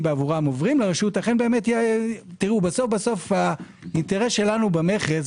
בעבורה עוברים בסוף האינטרס שלנו במכס,